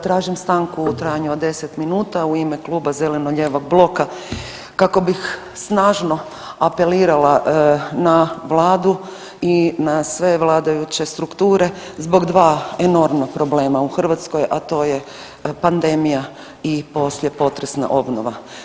Tražim stanku u trajanju od 10 minuta u ime Kluba zeleno-lijevog bloka kako bih snažno apelirala na Vladu i na sve vladajuće strukture zbog dva enormna problema u Hrvatskoj, a to je pandemija i posljepotresna obnova.